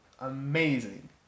amazing